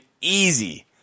easy